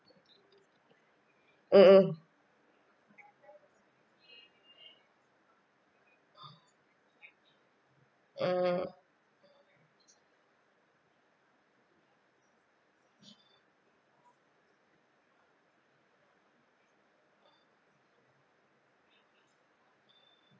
mmhmm mm